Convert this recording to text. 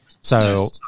So-